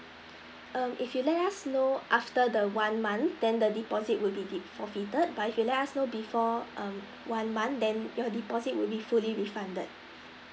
um if you let us know after the one month then the deposit would be forfeited but if you let us know before um one month then your deposit would be fully refunded